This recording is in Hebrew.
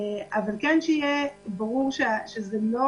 שיהיה ברור שזה לא